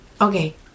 okay